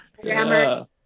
grammar